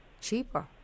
cheaper